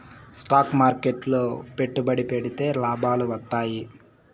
stock మార్కెట్లు లో పెట్టుబడి పెడితే లాభాలు వత్తాయి